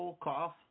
cough